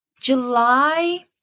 July